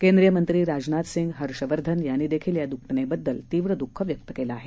केंद्रीय मंत्री राजनाथ सिंग हर्षवर्धन यांनी देखील या दुर्घटने बद्दल तीव्र दुःख व्यक्त केलं आहे